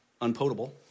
unpotable